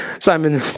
Simon